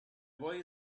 boy